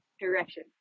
direction